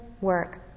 work